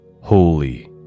holy